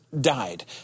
died